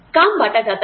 काम बांटा जाता है